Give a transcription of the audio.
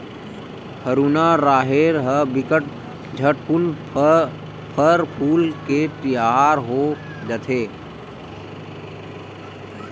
हरूना राहेर ह बिकट झटकुन फर फूल के तियार हो जथे